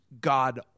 God